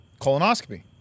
Colonoscopy